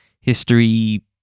history